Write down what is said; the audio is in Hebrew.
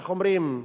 איך אומרים?